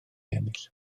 ennill